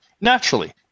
Naturally